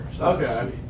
Okay